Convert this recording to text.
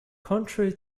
contrary